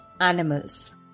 animals